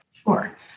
Sure